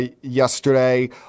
yesterday